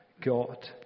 God